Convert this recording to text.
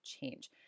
change